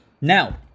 Now